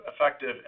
effective